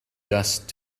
dust